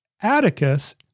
Atticus